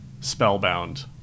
spellbound